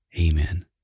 Amen